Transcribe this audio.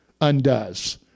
undoes